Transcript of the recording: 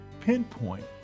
pinpoint